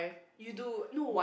you do no